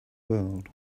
world